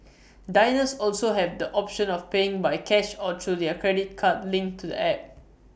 diners also have the option of paying by cash or through their credit card linked to the app